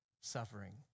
suffering